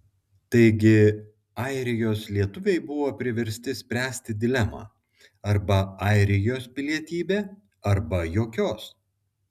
taigi airijos lietuviai buvo priversti spręsti dilemą arba airijos pilietybė arba jokios